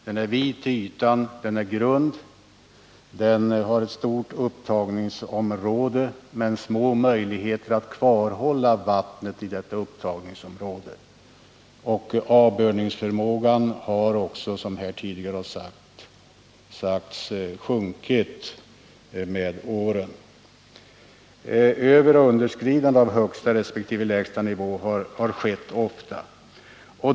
Den är vidsträckt och stor till ytan, den är grund, den har ett stort upptagningsområde men små möjligheter att kvarhålla vattnet i detta upptagningsområde. Sjöns avbördningsförmåga har också, som sagts här tidigare, sjunkit med åren. Overoch underskridanden av högsta resp. lägsta nivå har skett ofta.